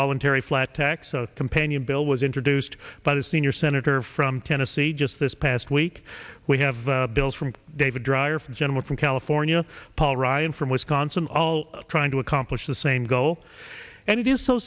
voluntary flat tax a companion bill was introduced by the senior senator from tennessee just this past week we have bills from david dreier from general from california paul ryan from wisconsin all trying to accomplish the same goal and it is so